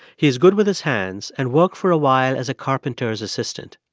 he is good with his hands and worked for a while as a carpenter's assistant.